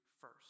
first